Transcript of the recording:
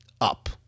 up